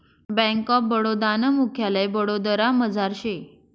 bank of Baroda नं मुख्यालय वडोदरामझार शे